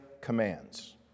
commands